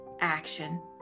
action